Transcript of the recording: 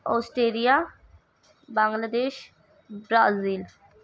Austria Bangladesh Brazil